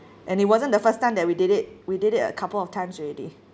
and it wasn't the first time that we did it we did it a couple of times already